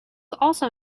also